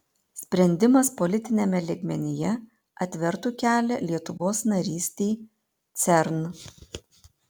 sprendimas politiniame lygmenyje atvertų kelią lietuvos narystei cern